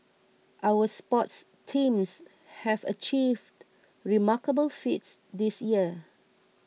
our sports teams have achieved remarkable feats this year